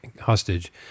hostage